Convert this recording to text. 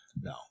No